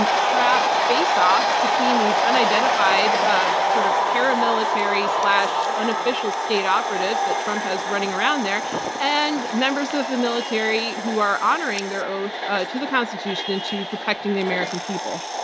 and perhaps, face offs between these unidentified, ah sort of paramilitary unofficial state operatives that trump has running around there and members of the military who are honoring their oath to the constitution and to protecting the american people.